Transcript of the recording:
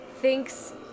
thinks